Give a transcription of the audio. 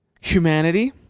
humanity